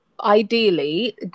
Ideally